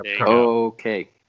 Okay